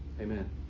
Amen